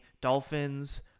Dolphins